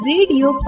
Radio